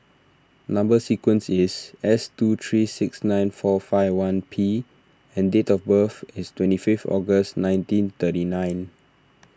Number Sequence is S two three six nine four five one P and date of birth is twenty five August nineteen thirty nine